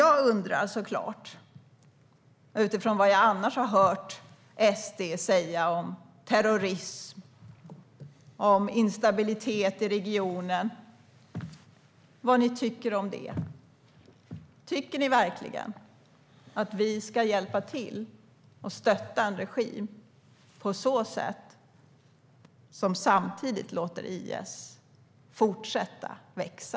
Jag undrar såklart, utifrån vad jag annars har hört SD säga om terrorism och instabilitet i regionen, vad ni tycker om det. Tycker ni verkligen att vi ska hjälpa och stötta en regim som samtidigt låter IS fortsätta växa?